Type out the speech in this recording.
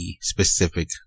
specific